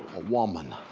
woman,